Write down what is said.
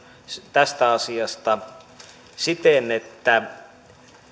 tästä asiasta siten että